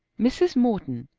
mrs. morton,